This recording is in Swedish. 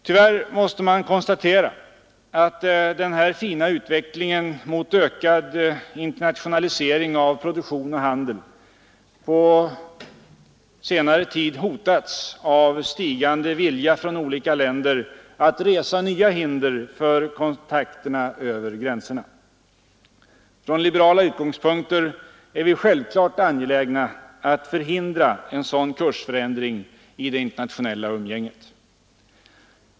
Tyvärr måste man konstatera att den här fina utvecklingen mot ökad internationalisering av produktion och handel på senare tid har hotats av stigande vilja från olika länder att resa nya hinder för kontakterna över gränserna. Från liberala utgångspunkter är vi självklart angelägna att förhindra en sådan kursförändring i det internationella umgänget.